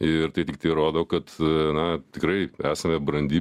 ir tai tiktai rodo kad na tikrai esame brandi